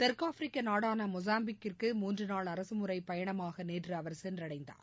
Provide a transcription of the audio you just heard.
தெற்குஆப்பிரிக்கநாடானமொசாம்பிக்கிற்கு முன்றுநாள் அரசுமுறையணமாகநேற்றுஅவர் சென்றடைந்தார்